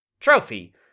Trophy